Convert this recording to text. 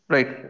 Right